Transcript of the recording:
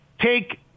Take